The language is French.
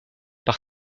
par